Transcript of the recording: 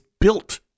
built